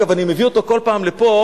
אגב, אני מביא אותו כל פעם לפה,